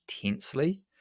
intensely